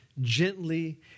Gently